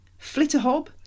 flitterhob